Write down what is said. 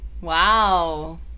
Wow